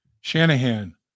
Shanahan